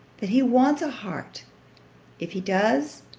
that he wants a heart if he does,